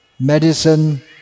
medicine